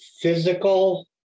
physical